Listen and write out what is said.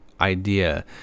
idea